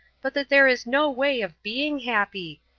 but that there is no way of being happy.